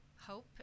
hope